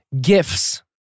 gifts